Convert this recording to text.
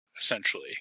essentially